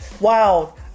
wow